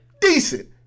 Decent